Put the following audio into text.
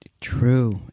True